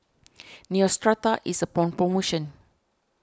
Neostrata is upon promotion